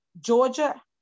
Georgia